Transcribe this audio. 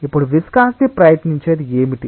ఇప్పుడు విస్కాసిటి ప్రయత్నించేది ఏమిటి